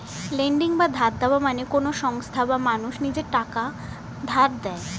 lending বা ধার দেওয়া মানে কোন সংস্থা বা মানুষ নিজের থেকে টাকা ধার দেয়